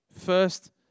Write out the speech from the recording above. First